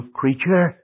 creature